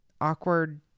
awkward